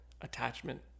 attachment